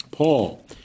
Paul